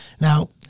Now